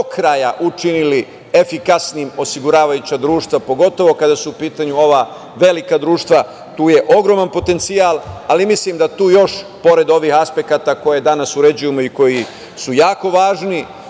učinili efikasnim osiguravajuća društva, pogotovo kada su u pitanju ova velika društva, tu je ogroman potencijal, ali mislim da tu još, pored ovih aspekata koje danas uređujemo i koji su jako važni,